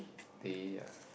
teh ah